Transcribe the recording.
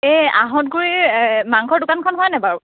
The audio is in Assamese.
এই আহঁতগুৰিৰ মাংসৰ দোকানখন হয় নাই বাও